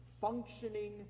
functioning